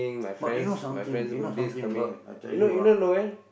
but you know something you know something boy I tell you ah